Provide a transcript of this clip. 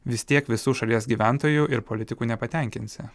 vis tiek visų šalies gyventojų ir politikų nepatenkinsi